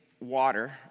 water